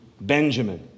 Benjamin